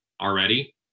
already